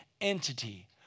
entity